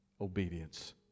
obedience